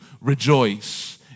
rejoice